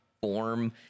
form